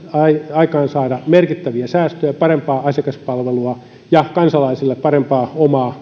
aikaansaada merkittäviä säästöjä parempaa asiakaspalvelua ja kansalaisille parempaa omaa